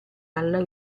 alla